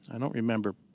i don't remember